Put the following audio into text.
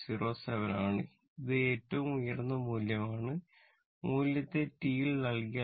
07 ആണ് ഇത് ഏറ്റവും ഉയർന്ന മൂല്യമാണ് മൂല്യത്തെ t ഇൽ നൽകിയാൽ